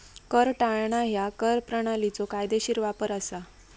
कर टाळणा ह्या कर प्रणालीचो कायदेशीर वापर असा